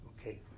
Okay